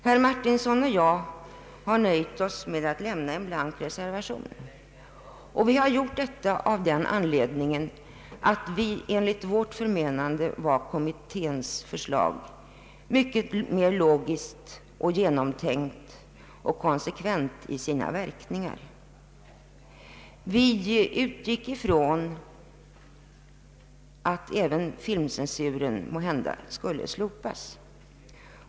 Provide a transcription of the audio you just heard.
Herr Martinsson och jag nöjde oss med att lämna en blank reservation av den anledningen att vi anser kommitténs förslag vara mycket logiskt, genomtänkt och konsekvent till sina verkningar. Vi utgick ifrån att även filmcensuren måhända skulle slopas.